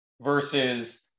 versus